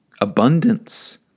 abundance